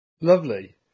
lovely